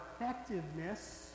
effectiveness